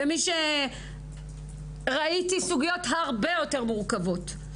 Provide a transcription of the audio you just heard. כמי שראתה סוגיות הרבה יותר מורכבות.